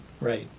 right